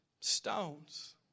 stones